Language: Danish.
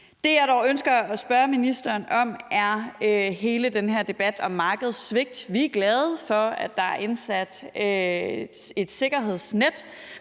som jeg dog ønsker at spørge ministeren om, er hele den her debat om markedssvigt. Vi er glade for, at der er indsat et sikkerhedsnet,